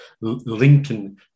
Lincoln